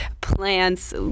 plants